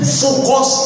focus